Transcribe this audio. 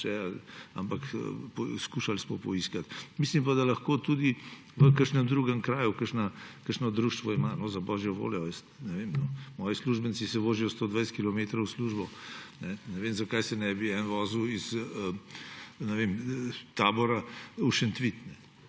daleč, ampak skušali smo poiskati. Mislim, da lahko tudi v kakšnem drugem kraju, kakšno društvo ima, za božjo voljo. Moji uslužbenci se vozijo 120 km v službo, ne vem, zakaj se ne bi eden vozil iz Tabora v Šentvid.